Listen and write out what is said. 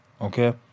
okay